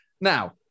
Now